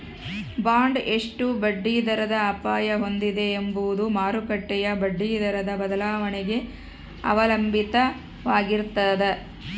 bond ಎಷ್ಟು ಬಡ್ಡಿದರದ ಅಪಾಯ ಹೊಂದಿದೆ ಎಂಬುದು ಮಾರುಕಟ್ಟೆಯ ಬಡ್ಡಿದರದ ಬದಲಾವಣೆಗೆ ಅವಲಂಬಿತವಾಗಿರ್ತದ